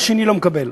השני לא מקבל,